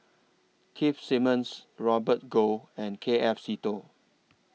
Keith Simmons Robert Goh and K F Seetoh